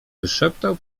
wyszeptał